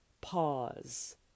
pause